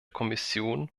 kommission